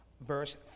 Verse